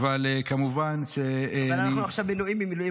אבל כמובן שאני --- אנחנו עכשיו מילואים ממילואים,